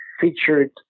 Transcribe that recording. featured